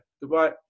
Goodbye